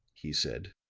he said.